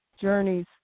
journeys